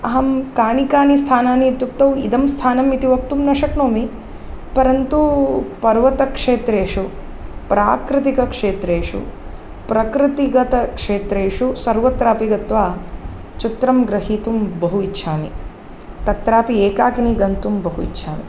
अहं कानि कानि स्थानानि इत्युक्तौ इदं स्थानमिति वक्तुं न शक्नोमि परन्तु पर्वतक्षेत्रेषु प्राकृतिकक्षेत्रेषु प्रकृतिगतक्षेत्रेषु सर्वत्रापि गत्वा चित्रं ग्रहीतुं बहु इच्छामि तत्रापि एकाकिनी गन्तुं बहु इच्छामि